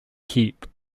keep